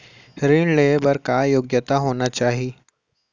ऋण लेहे बर का योग्यता होना चाही?